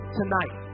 tonight